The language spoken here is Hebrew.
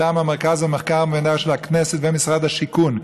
באמצעות מרכז המחקר והמידע של הכנסת ומשרד השיכון,